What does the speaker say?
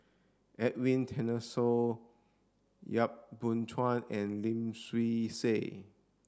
Edwin Tessensohn Yap Boon Chuan and Lim Swee Say